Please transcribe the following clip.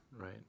Right